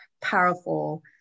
powerful